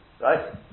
right